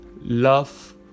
love